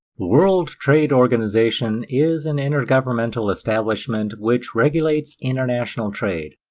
world trade organization is an intergovernmental establishment which regulates international trade.